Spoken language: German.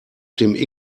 dem